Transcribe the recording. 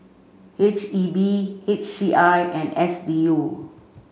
H E B H C I and S D U